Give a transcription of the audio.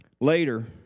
Later